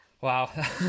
Wow